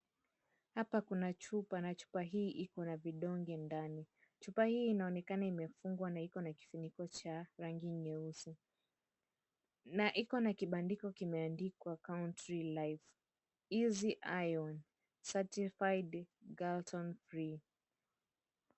Hapa kuna chupa na chupa hii ikona vidonge ndani. chupa hii inaonekana imefungwa na ikona kifuniko cha rangi nyeusi na ikona kibandiko kimeandikwa Country Life, Easy Iron, Certified Gluten Free.